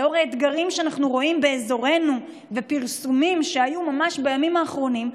לנוכח האתגרים שאנחנו רואים באזורנו ופרסומים שהיו ממש בימים האחרונים,